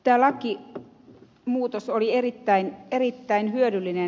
tämä lakimuutos oli erittäin hyödyllinen